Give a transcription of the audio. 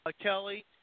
Kelly